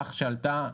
שעלתה,